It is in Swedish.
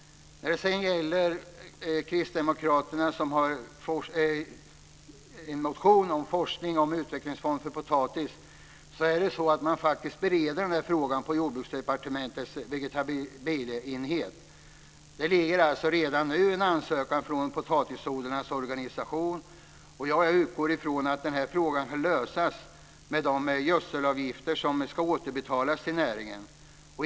Kristdemokraterna har väckt en motion om forskning och utvecklingsfond för potatis. Den frågan bereder man på Jordbruksverkets vegetabilieenhet. Det ligger redan nu en ansökan från potatisodlarnas organisation. Jag utgår ifrån att frågan kan lösas med de gödselavgifter som ska återbetalas till näringen.